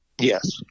Yes